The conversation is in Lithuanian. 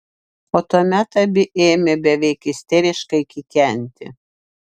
o tuomet abi ėmė beveik isteriškai kikenti